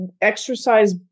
exercise